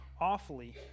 awfully